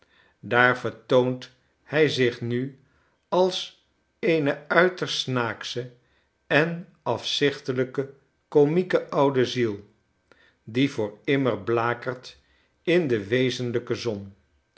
daar vertoont hij zich nu als eene uiterst snaaksche en afzichtelijk komieke oude ziel die voor immer blakert in de wezenlijke zon